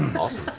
awesome.